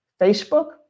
Facebook